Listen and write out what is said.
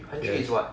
yes